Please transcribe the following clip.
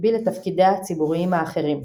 במקביל לתפקידיה הציבוריים האחרים.